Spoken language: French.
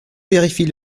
vérifie